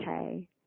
okay